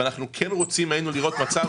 היינו רוצים לראות חקיקה